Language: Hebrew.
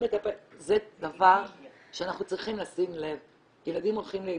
זה דבר שאנחנו צריכים לשים לב כי ילדים הולכים לאיבוד.